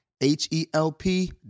H-E-L-P